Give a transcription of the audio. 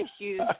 issues